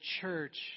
church